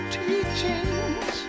teachings